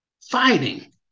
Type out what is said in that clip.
fighting